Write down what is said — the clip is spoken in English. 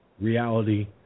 reality